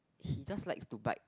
he just likes to bite